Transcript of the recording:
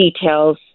details